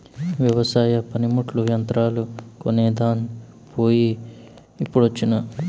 వెవసాయ పనిముట్లు, యంత్రాలు కొనేదాన్ పోయి ఇప్పుడొచ్చినా